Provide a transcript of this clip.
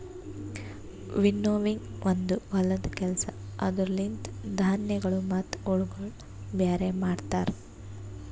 winnowing ಒಂದು ಹೊಲದ ಕೆಲಸ ಅದುರ ಲಿಂತ ಧಾನ್ಯಗಳು ಮತ್ತ ಹುಳಗೊಳ ಬ್ಯಾರೆ ಮಾಡ್ತರ